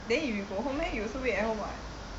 then if you go home leh you also wait at home [what]